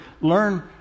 Learn